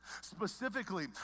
Specifically